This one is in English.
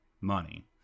money